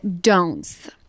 don'ts